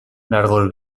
largos